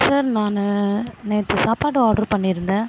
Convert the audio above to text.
sir நான் நேற்று சாப்பாடு ஆட்ரு பண்ணிருந்தேன்